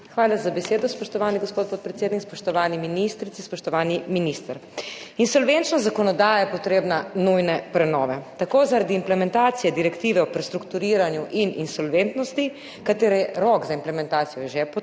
Hvala za besedo, spoštovani gospod podpredsednik. Spoštovani ministrici, spoštovani minister! Insolvenčna zakonodaja je potrebna nujne prenove, tako zaradi implementacije direktive o prestrukturiranju in insolventnosti, katere rok za implementacijo je že potekel,